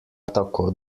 tako